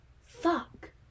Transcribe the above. fuck